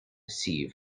sevier